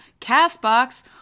CastBox